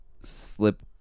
slip